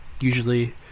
usually